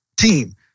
team